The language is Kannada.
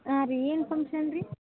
ಹಾಂ ರೀ ಏನು ಫಂಕ್ಷನ್ ರೀ